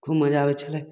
खूब मजा आबय छलै